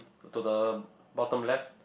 to the bottom left